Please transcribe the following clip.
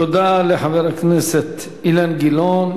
תודה לחבר הכנסת אילן גילאון.